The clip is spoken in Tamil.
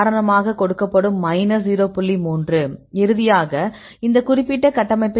3 இறுதியாக இந்த குறிப்பிட்ட கட்டமைப்பின் விஷயத்தில் 2